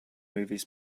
movies